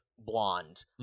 blonde